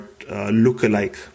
lookalike